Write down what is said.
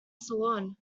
salon